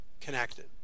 connected